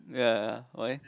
ya ya why